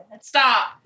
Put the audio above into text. stop